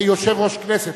כיושב-ראש כנסת,